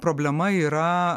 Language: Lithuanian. problema yra